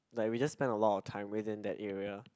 like we just spend a lot of time within that area